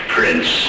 Prince